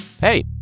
Hey